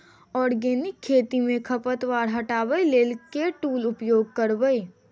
Organic खेती मे खरपतवार हटाबै लेल केँ टूल उपयोग करबै?